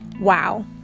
Wow